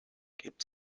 gibt